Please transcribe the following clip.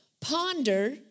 ponder